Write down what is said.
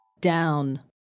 Down